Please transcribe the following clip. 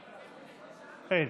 אין.